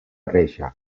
reixa